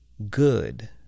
good